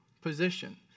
position